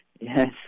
Yes